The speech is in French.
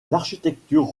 l’architecture